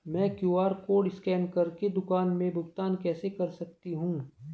मैं QR code scan कर के दुकान में भुगतान कैसे कर सकती हूँ?